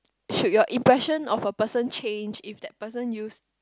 should you impression of a person change if that person use